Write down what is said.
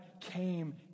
came